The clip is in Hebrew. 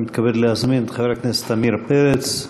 אני מתכבד להזמין את חבר הכנסת עמיר פרץ,